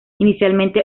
inicialmente